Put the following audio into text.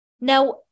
Now